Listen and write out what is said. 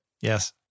Yes